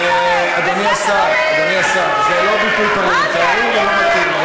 אדוני השר, זה לא ביטוי פרלמנטרי, ולא מתאים.